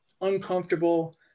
uncomfortable